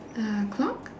uh clock